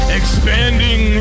expanding